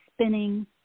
spinning